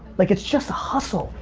like it's just a hustle,